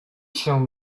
się